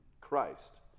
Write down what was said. Christ